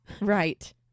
Right